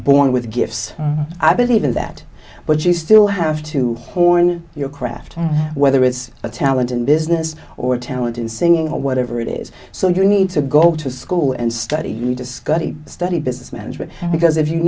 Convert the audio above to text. born with gifts i believe in that but you still have two who are in your craft whether it's a talent in business or talent in singing or whatever it is so you need to go to school and study you discover study business management because if you